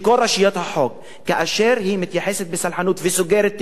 כאשר היא מתייחסת בסלחנות וסוגרת תיקים נגד רבנים,